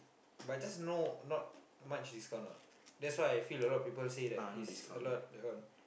but just know not much discount lah that's why I feel a lot people say that it's a lot that one